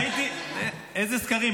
טוב לך באופוזיציה, תישאר שם, זה המקום שלך.